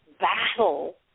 battle